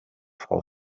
frau